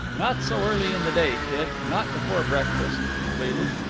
not so early in the day, kid not before breakfast, he pleaded.